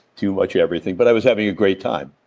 too much everything, but i was having a great time.